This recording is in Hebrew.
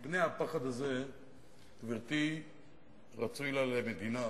גברתי, מפני הפחד הזה רצוי לה, לְמדינה,